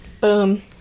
Boom